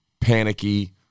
panicky